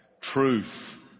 Truth